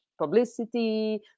publicity